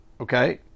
Okay